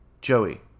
Joey